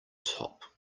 top